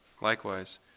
Likewise